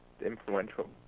influential